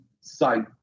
site